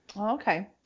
Okay